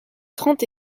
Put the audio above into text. trente